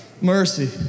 Mercy